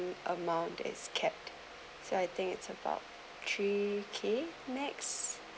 amount that is kept so I think it's about three k next